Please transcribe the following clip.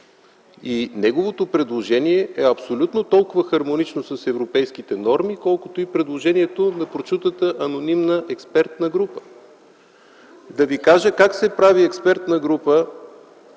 Неговото предложение е абсолютно толкова хармонично с европейските норми, колкото и предложението на прочутата анонимна експертна група. Да ви кажа как се прави експертна група.